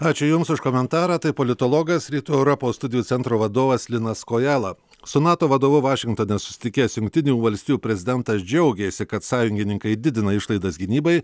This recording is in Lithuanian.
ačiū jums už komentarą tai politologas rytų europos studijų centro vadovas linas kojala su nato vadovu vašingtone susitikęs jungtinių valstijų prezidentas džiaugėsi kad sąjungininkai didina išlaidas gynybai